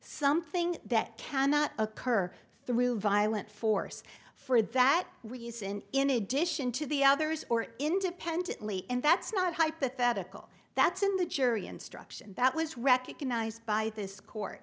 something that cannot occur through violent force for that reason in addition to the others or independently and that's not hypothetical that's in the jury instruction that was recognized by this court